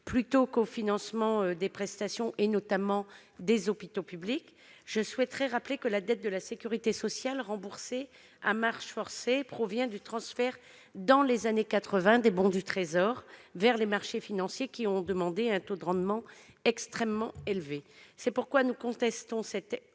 plutôt qu'au financement de prestations, notamment dans les hôpitaux publics. Je rappelle que la dette de la sécurité sociale, remboursée à marche forcée, provient du transfert, dans les années 1980, des bons du Trésor vers les marchés financiers, qui ont demandé un taux de rendement extrêmement élevé. Nous contestons l'objectif